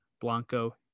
Blanco